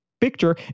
picture